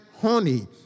honey